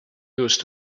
used